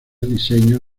diseño